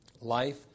life